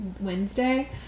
Wednesday